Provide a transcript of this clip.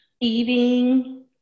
eating